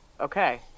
Okay